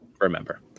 remember